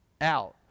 out